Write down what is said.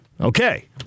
Okay